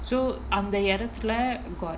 so அந்த இடத்துல:antha idathula gone